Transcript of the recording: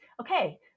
okay